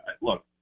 Look